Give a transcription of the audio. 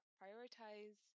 prioritize